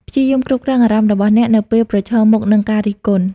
ព្យាយាមគ្រប់គ្រងអារម្មណ៍របស់អ្នកនៅពេលប្រឈមមុខនឹងការរិះគន់។